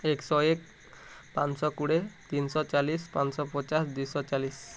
ଏକଶହ ଏକ ପାଞ୍ଚଶହ କୋଡ଼ିଏ ତିନିଶହ ଚାଳିଶ ପାଞ୍ଚଶହ ପଚାଶ ଦୁଇଶହ ଚାଳିଶ